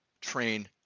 train